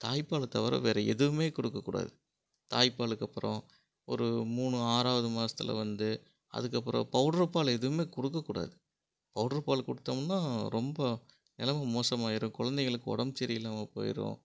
தாய்ப்பாலை தவிர வேறு எதுவுமே கொடுக்கக் கூடாது தாய்ப்பாலுக்கப்புறம் ஒரு மூணு ஆறாவது மாதத்துல வந்து அதற்கப்பறம் பவுடர் பால் எதுவுமே கொடுக்கக் கூடாது பவுடர் பால் கொடுத்தோம்னா ரொம்ப நிலமா மோசமாயிரும் குழந்தைகளுக்கு உடம்பு சரி இல்லாமல் போயிரும்